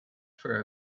for